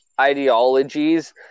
ideologies